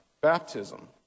baptism